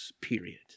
period